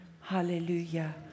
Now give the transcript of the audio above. Hallelujah